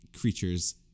creatures